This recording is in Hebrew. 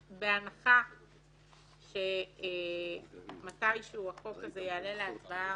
בהנחה שמתי שהוא החוק הזה יעלה להצבעה